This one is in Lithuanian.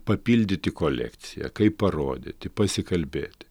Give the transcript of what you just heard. papildyti kolekciją kaip parodyti pasikalbėti